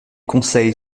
conseil